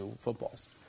Footballs